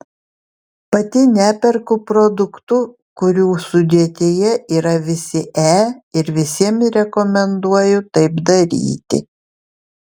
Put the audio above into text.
pati neperku produktų kurių sudėtyje yra visi e ir visiems rekomenduoju taip daryti